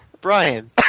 Brian